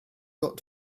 got